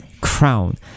crown